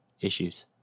issues